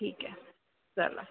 ठीक आहे चला